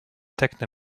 techno